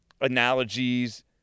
analogies